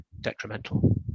detrimental